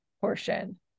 portion